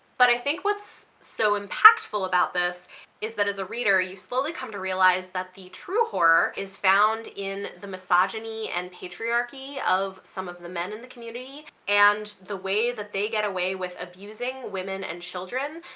but i think what's so impactful about this is that as a reader you slowly come to realize that the true horror is found in the misogyny and patriarchy of some of the men in the community, and the way that they get away with abusing women and children.